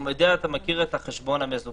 הוא בדרך כלל מכיר את החשבון המזוכה.